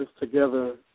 together